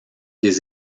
des